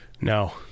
No